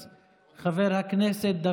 חבר הכנסת ישראל כץ,